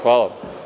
Hvala.